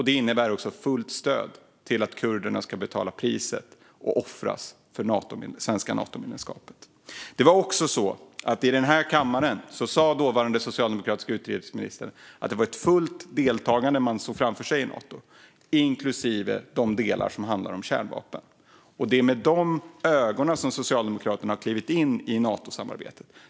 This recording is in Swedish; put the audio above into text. Det innebär också fullt stöd till att kurderna ska betala priset och offras för det svenska Natomedlemskapet. Den dåvarande svenska socialdemokratiska utrikesministern sa i denna kammare att det var ett fullt deltagande i Nato som man såg framför sig, inklusive de delar som handlar om kärnvapen. Det är med dessa ögon som Socialdemokraterna har klivit in i Natosamarbetet.